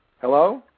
Hello